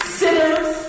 sinners